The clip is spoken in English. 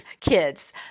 kids